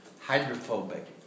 hydrophobic